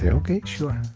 yeah ok sure.